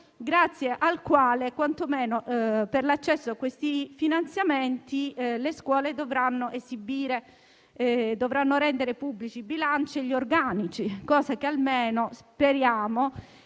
grazie al quale quantomeno per l'accesso a questi finanziamenti le scuole dovranno rendere pubblici i bilanci e gli organici, cosa che speriamo